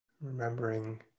Remembering